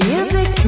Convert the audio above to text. Music